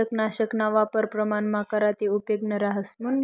किटकनाशकना वापर प्रमाणमा करा ते उपेगनं रहास